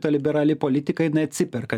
ta liberali politika jinai atsiperka